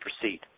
proceed